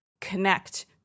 connect